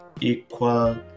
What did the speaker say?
equal